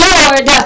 Lord